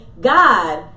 God